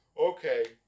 okay